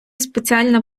спеціальна